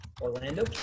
Orlando